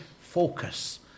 focus